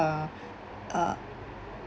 uh ugh